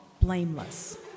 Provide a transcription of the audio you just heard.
blameless